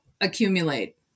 accumulate